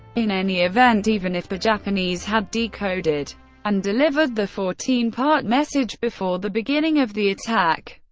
in any event, even if the japanese had decoded and delivered the fourteen part message before the beginning of the attack,